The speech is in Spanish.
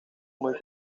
muy